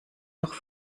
noch